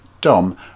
Dom